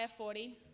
40